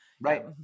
Right